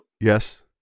Yes